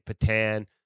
Patan